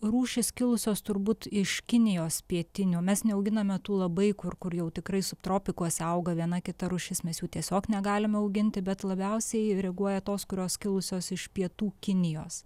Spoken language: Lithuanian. rūšys kilusios turbūt iš kinijos pietinių mes neauginame tų labai kur kur jau tikrai subtropikuose auga viena kita rūšis mes jų tiesiog negalime auginti bet labiausiai reaguoja tos kurios kilusios iš pietų kinijos